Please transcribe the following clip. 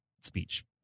speech